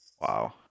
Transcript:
Wow